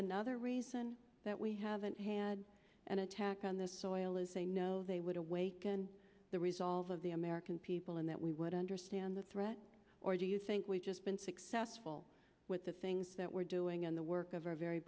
another reason that we haven't had an attack on this soil is they know they would awaken the resolve of the american people and that we would understand the threat or do you think we've just been successful with the things that we're doing in the